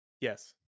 yes